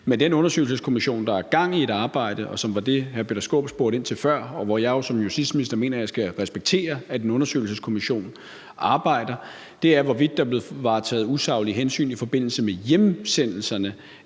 der den undersøgelseskommission, der har gang i et arbejde, og som var det, som hr. Peter Skaarup spurgte ind til før, og hvor jeg jo som justitsminister mener, at jeg skal respektere, at en undersøgelseskommission arbejder, og det drejer sig om, hvorvidt der er blevet varetaget usaglige hensyn i forbindelse med hjemsendelserne